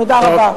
תודה רבה.